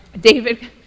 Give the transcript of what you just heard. David